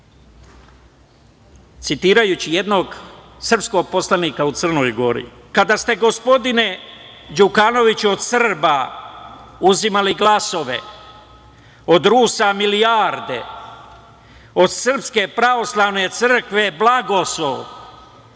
citirajući jednog srpskog poslanika u Crnoj Gori: "Kada ste, gospodine Đukanoviću, od Srba uzimali glasove, od Rusa milijarde, od SPC blagoslov, bili ste